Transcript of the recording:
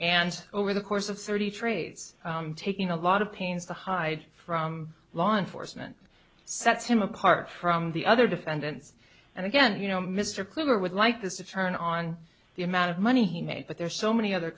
and over the course of thirty trades taking a lot of pains to hide from law enforcement sets him apart from the other defendants and again you know mr cleaver would like this to turn on the amount of money he made but there are so many other